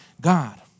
God